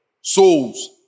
Souls